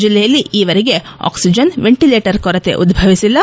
ಜಿಲ್ಲೆಯಲ್ಲಿ ಈವರೆಗೆ oxygen ventilator ಕೊರತೆ ಉದ್ದವಿಸಿಲ್ಲ